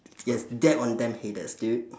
yes dab on them haters dude